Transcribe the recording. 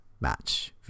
match